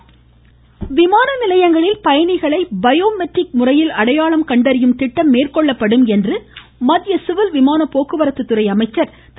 சுரேஷ்பிரபு விமான நிலையங்களில் பயணிகளை பயோ மெட்ரிக் முறையில் அடையாளம் கண்டறியும் திட்டம் மேற்கொள்ளப்படும் என்று மத்திய சிவில் விமான போக்குவரத்து துறை அமைச்சர் திரு